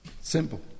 Simple